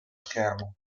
schermo